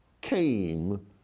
came